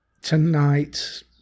tonight